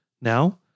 Now